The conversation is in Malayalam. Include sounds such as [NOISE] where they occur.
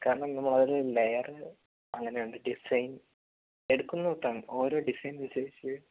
കാരണം നമ്മളൊരു ലയേറ് അങ്ങനെ ഒണ്ട് ഡിസൈൻ എടുക്കുനൊട്ടാണ് ഓരോ ഡിസൈൻ [UNINTELLIGIBLE]